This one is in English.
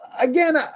again